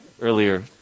earlier